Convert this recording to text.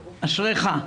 אשריך.